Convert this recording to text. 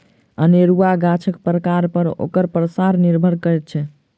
अनेरूआ गाछक प्रकार पर ओकर पसार निर्भर करैत छै